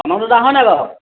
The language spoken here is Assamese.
হয় নে বাৰু